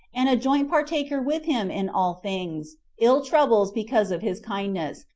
and a joint partaker with him in all things ill troubles because of his kindness,